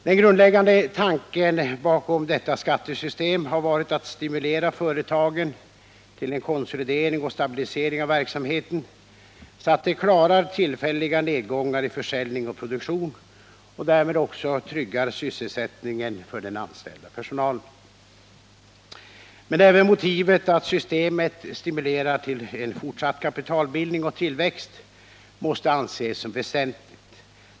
Den grundläggande tanken bakom detta skattesystem har varit att stimulera företagen till en konsolidering och stabilisering av verksamheten, så att de klarar tillfälliga nedgångar i försäljning och produktion och därmed också tryggar sysselsättningen för den anställda personalen. Även motivet att systemet stimulerar till en fortsatt kapitalbildning och tillväxt måste anses som väsentligt.